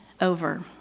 over